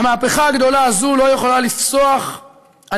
המהפכה הגדולה הזאת לא יכולה לפסוח על